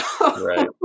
Right